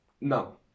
No